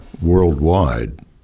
worldwide